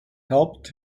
helped